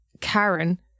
Karen